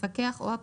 המפקח או הפקח,